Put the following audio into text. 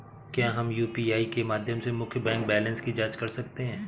क्या हम यू.पी.आई के माध्यम से मुख्य बैंक बैलेंस की जाँच कर सकते हैं?